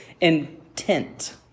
intent